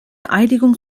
einigung